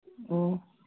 ꯑꯣ